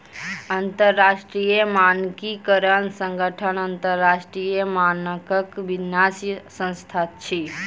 अंतरराष्ट्रीय मानकीकरण संगठन अन्तरराष्ट्रीय मानकक विन्यास संस्थान अछि